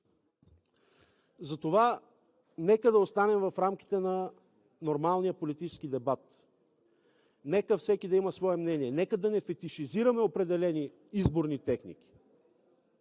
Затова нека да останем в рамките на нормалния политически дебат, нека всеки да има свое мнение, нека да не фетишизираме определени изборни техники,